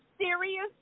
serious